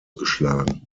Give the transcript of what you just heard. geschlagen